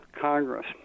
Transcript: Congress